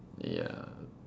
ya